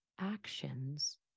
actions